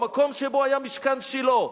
המקום שבו היה משכן שילה,